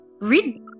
read